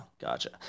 gotcha